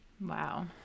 wow